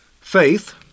faith